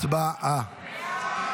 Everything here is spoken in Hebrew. הצבעה.